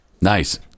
Nice